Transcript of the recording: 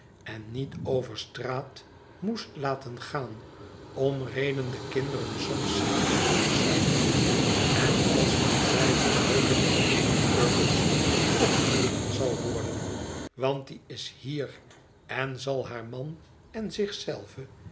en niet over straat moest laten gaan om reden de kinderen soms schrikachtig zijn en als men twijfelt hoop ik dat jufvrouw perkins opgeroepen zal worden want die is hier en zal haar man en